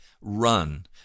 Run